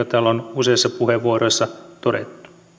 täällä on useissa puheenvuoroissa todettu